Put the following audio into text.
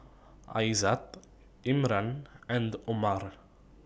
Aizat Imran and Omar